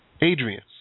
Adrian